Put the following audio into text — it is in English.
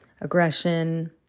aggression